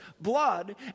blood